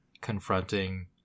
confronting